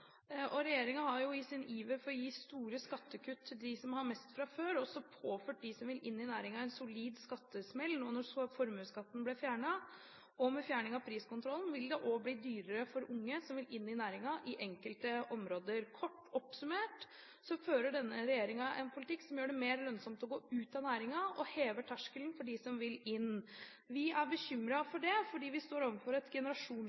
har i sin iver etter å gi store skattekutt til dem som har mest fra før, også påført dem som vil inn i næringen, en solid skattesmell nå når formuesskatten ble fjernet. Med fjerning av priskontrollen vil det også bli dyrere for unge som vil inn i næringen i enkelte områder. Kort oppsummert fører denne regjeringen en politikk som gjør det mer lønnsomt å gå ut av næringen, og hever terskelen for dem som vil inn. Vi er bekymret for det, fordi vi står overfor et